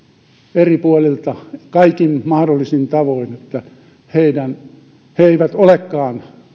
eri puolilta kaikin mahdollisin tavoin että he eivät olekaan